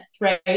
Right